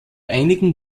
einigen